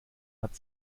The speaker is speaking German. hat